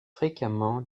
fréquemment